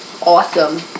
Awesome